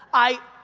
i,